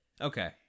Okay